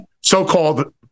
so-called